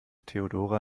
theodora